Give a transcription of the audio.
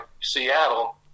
Seattle